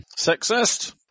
sexist